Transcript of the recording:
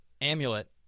Amulet